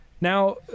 Now